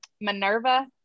minerva